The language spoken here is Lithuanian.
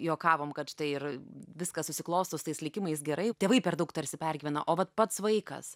juokavom kad štai ir viskas susiklosto su tais likimais gerai tėvai per daug tarsi pergyvena o vat pats vaikas